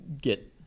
get